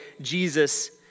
Jesus